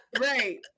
Right